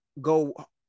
go